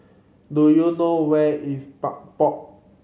do you know where is Pod